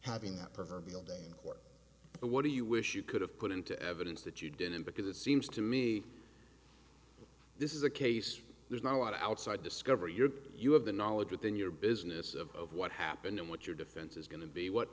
having that proverbial day in court but what do you wish you could have put into evidence that you didn't because it seems to me this is a case there's not a lot of outside discovery you're you have the knowledge within your business of what happened and what your defense is going to be what